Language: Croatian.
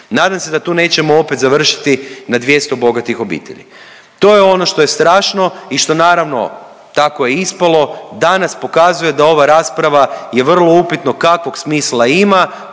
Nadam se da tu nećemo opet završiti na 200 bogatih obitelji. To je ono što je strašno i što naravno, tako je ispalo, danas pokazuje da ova rasprava je vrlo upitno kakvog smisla ima,